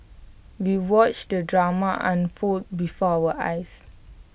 we watched the drama unfold before our eyes